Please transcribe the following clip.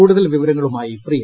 കൂടുതൽ വിവരങ്ങളുമായി പ്രിയ